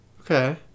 Okay